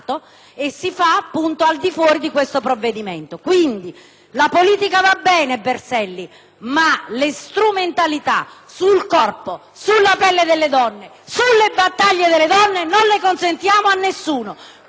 la politica va bene, senatore Berselli, ma le strumentalizzazioni sul corpo, sulla pelle e sulle battaglie delle donne non le consentiamo a nessuno! Pertanto, non parteciperò al voto perché questa non è serietà!